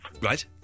Right